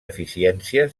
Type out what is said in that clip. eficiència